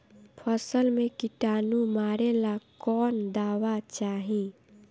फसल में किटानु मारेला कौन दावा चाही?